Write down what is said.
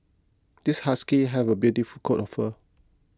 this husky have a beautiful coat of fur